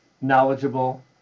knowledgeable